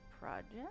project